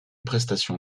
prestations